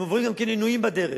הם עוברים גם עינויים בדרך.